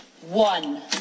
one